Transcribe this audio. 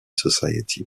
society